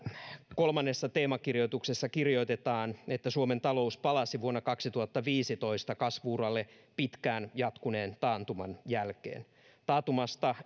kolmannessa teemakirjoituksessa kirjoitetaan että suomen talous palasi vuonna kaksituhattaviisitoista kasvu uralle pitkään jatkuneen taantuman jälkeen taantumasta